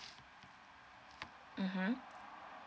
(uh huh)